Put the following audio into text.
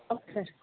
okay sir